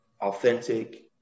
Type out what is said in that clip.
authentic